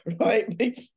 right